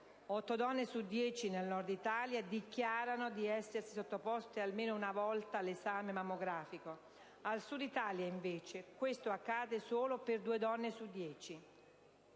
donne su dieci nel Nord Italia dichiarano di essersi sottoposte almeno una volta all'esame mammografico; al Sud Italia, invece, questo accade solo per due donne su